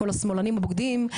כל השמאלנים הבוגדים,